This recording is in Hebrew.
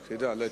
רק תדע.